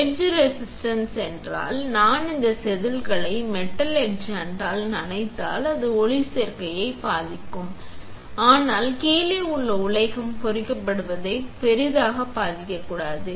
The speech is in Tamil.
எட்ச் ரெசிஸ்டன்ஸ் என்றால் நான் இந்த செதில்களை மெட்டல் எச்சாண்டில் நனைத்தால் அது ஒளிச்சேர்க்கையைப் பாதிக்கும் ஆனால் கீழே உள்ள உலோகம் பொறிக்கப்படுவதைப் பெரிதாகப் பாதிக்கக் கூடாது